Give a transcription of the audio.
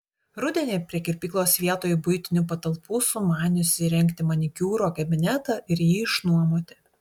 rudenį prie kirpyklos vietoj buitinių patalpų sumaniusi įrengti manikiūro kabinetą ir jį išnuomoti